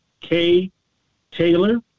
K-Taylor